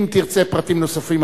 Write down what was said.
אם תרצה פרטים נוספים,